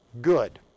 good